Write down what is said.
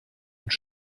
uns